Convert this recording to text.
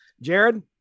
Jared